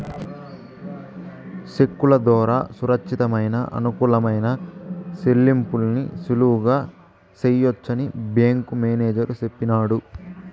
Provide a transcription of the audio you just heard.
సెక్కుల దోరా సురచ్చితమయిన, అనుకూలమైన సెల్లింపుల్ని సులువుగా సెయ్యొచ్చని బ్యేంకు మేనేజరు సెప్పినాడు